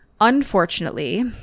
unfortunately